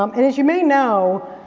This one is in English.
um and as you may know,